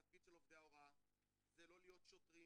התפקיד של עובדי ההוראה זה לא להיות שוטרים,